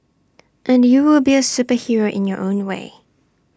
and you will be A superhero in your own way